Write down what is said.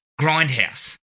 Grindhouse